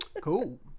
Cool